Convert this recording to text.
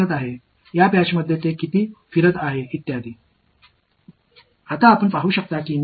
எனவே இந்த திட்டில் இது எவ்வளவு சுழல்கிறது இந்த திட்டில் அது எவ்வளவு சுழல்கிறது மற்றும் பலவற்றை கவனிக்கவேண்டும்